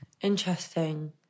Interesting